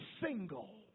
single